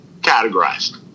categorized